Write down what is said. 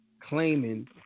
claiming